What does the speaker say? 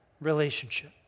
relationship